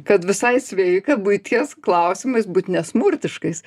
kad visai sveika buities klausimais būti nesmurtiškais